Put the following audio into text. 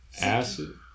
Acid